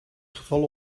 gevallen